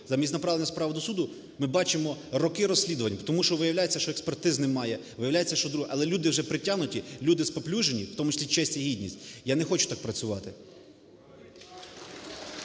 замість направлення справ до суду ми бачимо роки розслідувань. Тому що виявляється, що експертиз немає, виявляється, що друге. Але люди вже притягнуті, люди спаплюжені, в тому числі честь і гідність. Я не хочу так працювати.